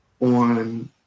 on